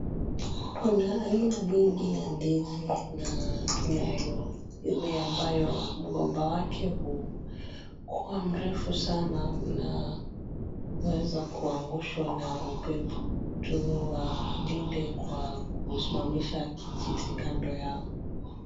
Kuna aina mingi ya ndizi na kunayo mimea ambaye mgomba wake hukuwa mrefu sana na inaweza kuangushwa na upepo. Wanailinda kwa kusimamisha mti kando yake.